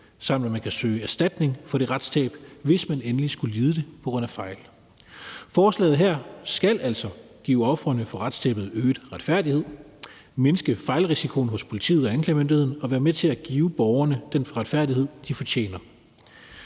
samt at man kan søge erstatning for det retstab, hvis man endelig skulle lide det på grund af fejl. Forslaget her skal altså give ofrene for retstabet øget retfærdighed, mindske fejlrisikoen hos politiet og anklagemyndigheden og være med til at give borgerne den retfærdighed, de fortjener.